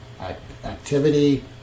Activity